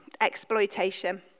exploitation